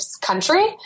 country